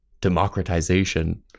democratization